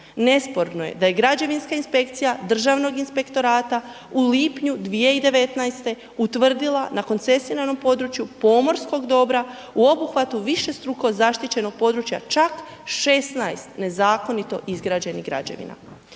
Nesporno je da je Građevinska inspekcija Državnog inspektorata u lipnju 2019. utvrdila na koncesiranom području pomorskog dobra u obuhvatu višestruko zaštićenog područja čak 16 nezakonito izgrađenih građevina.